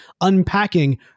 unpacking